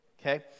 okay